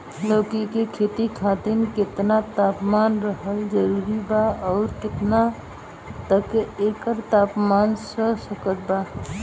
लौकी के खेती खातिर केतना तापमान रहल जरूरी बा आउर केतना तक एकर तापमान सह सकत बा?